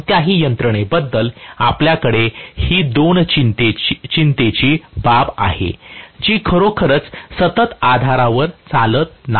कोणत्याही यंत्रणेबद्दल आपल्याकडे ही दोन चिंतेची बाब आहे जी खरोखरच सतत आधारावर चालत नाही